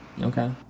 Okay